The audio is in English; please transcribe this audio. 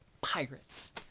pirates